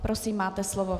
Prosím, máte slovo.